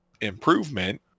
improvement